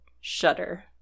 shudder